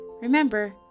Remember